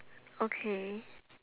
okay